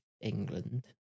england